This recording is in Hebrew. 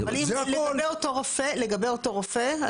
לא, לגבי אותו רופא.